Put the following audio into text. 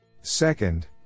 Second